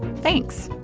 thanks.